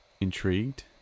intrigued